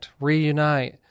reunite